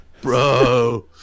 bro